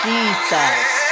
Jesus